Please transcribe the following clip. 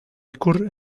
ikur